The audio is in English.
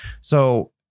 So-